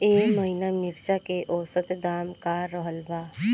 एह महीना मिर्चा के औसत दाम का रहल बा?